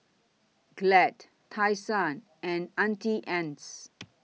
Glad Tai Sun and Auntie Anne's